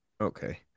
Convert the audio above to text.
Okay